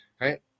Right